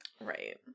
Right